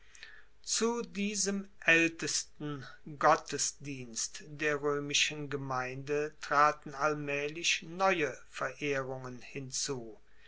zu diesem aeltesten gottesdienst der roemischen gemeinde traten allmaehlich neue verehrungen hinzu